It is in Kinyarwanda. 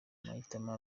mahitamo